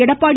Edappadi